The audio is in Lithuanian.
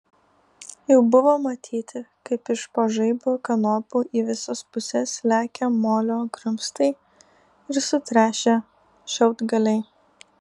jau buvo matyti kaip iš po žaibo kanopų į visas puses lekia molio grumstai ir sutrešę šiaudgaliai